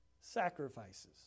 sacrifices